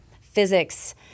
physics